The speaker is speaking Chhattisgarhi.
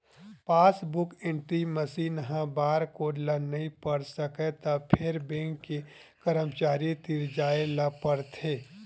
पासबूक एंटरी मसीन ह बारकोड ल नइ पढ़ सकय त फेर बेंक के करमचारी तीर जाए ल परथे